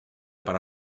para